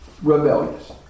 Rebellious